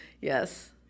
Yes